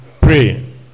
pray